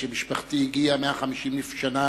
שמשפחתי הגיעה 150 שנה